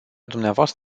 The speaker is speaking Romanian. dvs